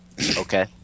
Okay